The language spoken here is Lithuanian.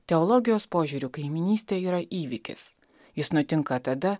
teologijos požiūriu kaimynystė yra įvykis jis nutinka tada